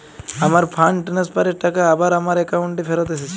আমার fund transfer এর টাকা আবার আমার একাউন্টে ফেরত এসেছে